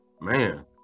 man